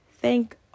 thank